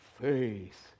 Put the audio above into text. faith